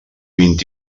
vint